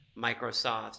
Microsoft